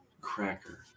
cracker